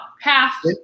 half